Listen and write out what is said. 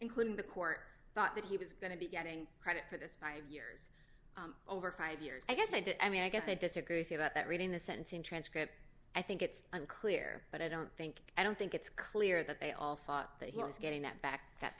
including the court thought that he was going to be getting credit for this five years over five years i guess i did i mean i guess they disagree with you about that reading the sentence in transcript i think it's unclear but i don't think i don't think it's clear that they all thought that he was getting that back that